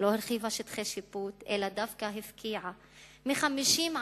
לא הרחיבה שטחי שיפוט אלא דווקא הפקיעה מ-50%